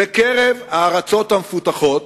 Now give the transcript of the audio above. בקרב הארצות המפותחות,